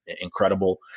incredible